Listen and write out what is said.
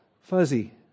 fuzzy